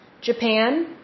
Japan